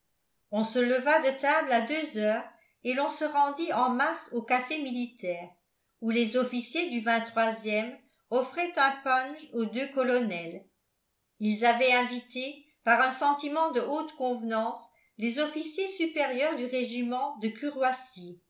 on se leva de table à deux heures et l'on se rendit en masse au café militaire où les officiers du ème offraient un punch aux deux colonels ils avaient invité par un sentiment de haute convenance les officiers supérieurs du régiment de